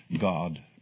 God